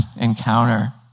encounter